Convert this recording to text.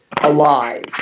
alive